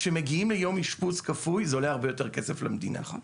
כשמגיעים ליום אשפוז כפוי זה עולה הרבה יותר כסף למדינה.